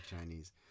Chinese